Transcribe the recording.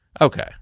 okay